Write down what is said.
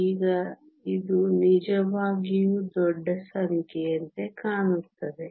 ಈಗ ಇದು ನಿಜವಾಗಿಯೂ ದೊಡ್ಡ ಸಂಖ್ಯೆಯಂತೆ ಕಾಣುತ್ತದೆ